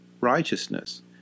righteousness